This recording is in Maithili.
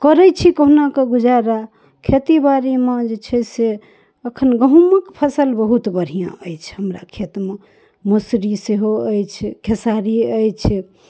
करै छी कहुना कऽ गुजारा खेती बारीमे जे छै से अखन गहूॅंमके फसल बहुत बढ़िऑं अछि हमरा खेतमे मोसरी सेहो अछि खेसारी अछि